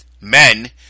men